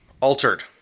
altered